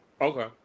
Okay